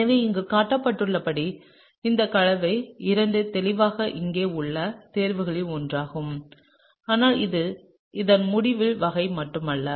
எனவே இங்கே காட்டப்பட்டுள்ளபடி இந்த கலவை II தெளிவாக இங்கே உள்ள தேர்வுகளில் ஒன்றாகும் ஆனால் இது இதன் முடிவின் வகை மட்டுமல்ல